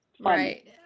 Right